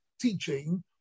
teaching